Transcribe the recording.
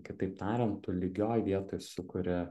kitaip tariant tu lygioj vietoj sukuri